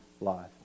life